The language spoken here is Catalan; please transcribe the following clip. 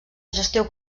gestió